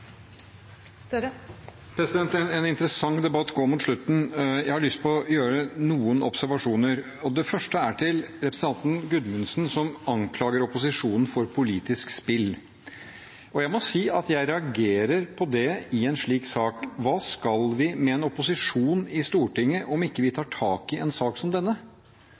En interessant debatt går mot slutten. Jeg har lyst til å komme med noen observasjoner, og det første gjelder representanten Gudmundsen, som anklager opposisjonen for «politisk spill». Jeg må si at jeg reagerer på det i en slik sak. Hva skal vi med en opposisjon i Stortinget om vi ikke tar tak i en sak som denne?